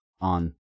on